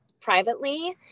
privately